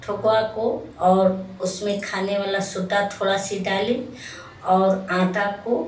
ठोकवा को और उसमें खाने वाला सोडा थोड़ा से डाले और आटा को